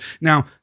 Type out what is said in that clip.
Now